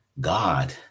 God